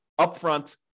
upfront